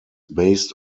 based